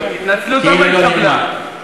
ההתנצלות עוד לא התקבלה.